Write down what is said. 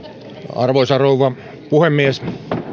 arvoisa rouva puhemies